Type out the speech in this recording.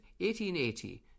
1880